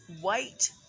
white